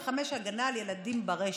105 להגנה על ילדים ברשת,